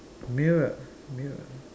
mirror mirror